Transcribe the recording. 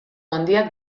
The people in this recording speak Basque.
handiak